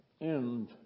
end